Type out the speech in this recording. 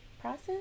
Process